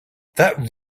that